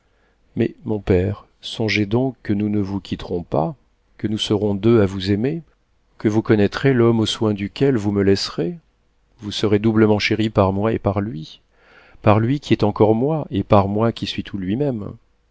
mais mon père songez donc que nous ne vous quitterons pas que nous serons deux à vous aimer que vous connaîtrez l'homme aux soins duquel vous me laisserez vous serez doublement chéri par moi et par lui par lui qui est encore moi et par moi qui suis tout lui-même